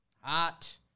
Hot